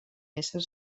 ésser